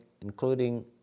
including